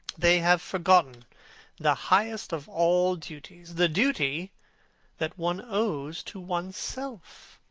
they have forgotten the highest of all duties, the duty that one owes to one's self.